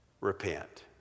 repent